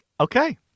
Okay